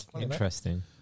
interesting